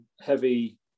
heavy